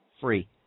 free